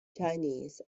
chinese